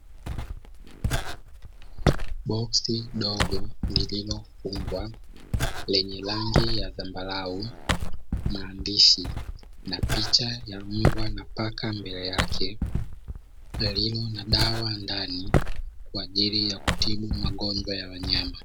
Boksi dogo lililofungwa lenye rangi ya zambarau, maandishi na picha ya mbwa na paka mbele yake, yaliyo na dawa ndani kwaajili ya kutibu magonjwa ya wanyama.